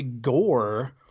Gore